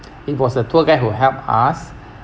it was a tour guide who help us